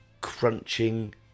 crunching